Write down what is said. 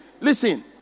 Listen